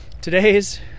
today's